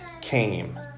came